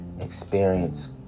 experience